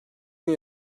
gün